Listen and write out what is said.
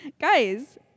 Guys